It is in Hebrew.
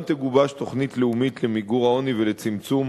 תגובש תוכנית לאומית למיגור העוני ולצמצום